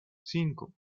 cinco